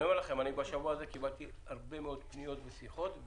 בשבוע הזה קיבלתי הרבה מאוד פניות ושיחות,